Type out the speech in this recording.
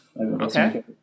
okay